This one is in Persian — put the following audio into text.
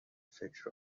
فکر